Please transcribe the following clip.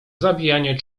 zabijanie